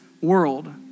world